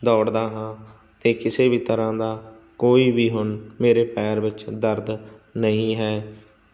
ਦੌੜਦਾ ਹਾਂ ਅਤੇ ਕਿਸੇ ਵੀ ਤਰ੍ਹਾਂ ਦਾ ਕੋਈ ਵੀ ਹੁਣ ਮੇਰੇ ਪੈਰ ਵਿੱਚ ਦਰਦ ਨਹੀਂ ਹੈ